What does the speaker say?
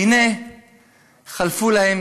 והנה חלפו להן